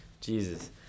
Jesus